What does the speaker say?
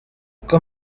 uko